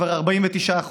כבר 49%,